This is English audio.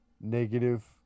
negative